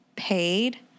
paid